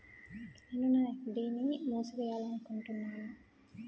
నేను నా ఎఫ్.డి ని మూసివేయాలనుకుంటున్నాను